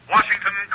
Washington